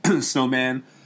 Snowman